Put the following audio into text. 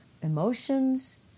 emotions